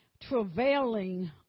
travailing